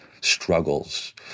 struggles